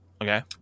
okay